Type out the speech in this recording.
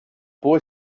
boy